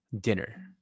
dinner